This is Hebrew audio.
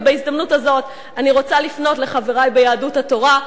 בהזדמנות הזאת אני רוצה לפנות לחברי ביהדות התורה: